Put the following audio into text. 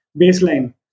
baseline